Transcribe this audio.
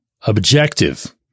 objective